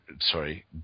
Sorry